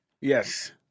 Yes